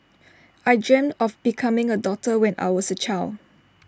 I dreamt of becoming A doctor when I was A child